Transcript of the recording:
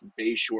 Bayshore